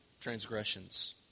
transgressions